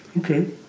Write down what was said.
Okay